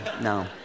no